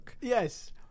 Yes